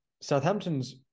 Southampton's